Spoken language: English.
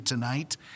tonight